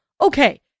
Okay